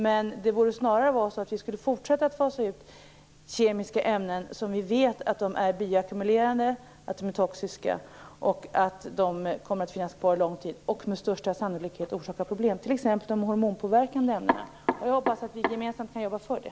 Men det borde snarare vara så att vi skulle fortsätta att fasa ut kemiska ämnen som vi vet är bioackumulerande, toxiska och som kommer att finnas kvar lång tid och med största sannolikhet orsaka problem. Det gäller t.ex. de hormonpåverkande ämnena. Jag hoppas att vi gemensamt kan jobba för det.